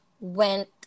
went